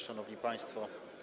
Szanowni Państwo!